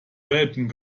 welpen